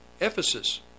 Ephesus